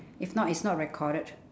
if not it's not recorded